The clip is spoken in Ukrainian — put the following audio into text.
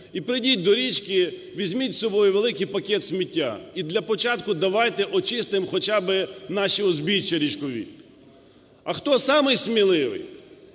і прийдіть до річки, візьміть з собою великий пакет сміття. І для початку давайте очистимо хоча би наші узбіччя річкові. А хто самий сміливий,